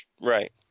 Right